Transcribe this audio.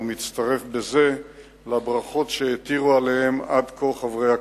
ומצטרף בזה לברכות שהעתירו עליהם עד כה חברי הכנסת.